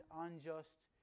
unjust